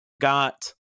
got